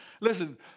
Listen